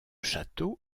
château